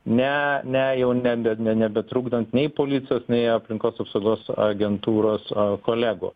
ne ne jau nebe ne nebetrukdant nei policijos nei aplinkos apsaugos agentūros kolegų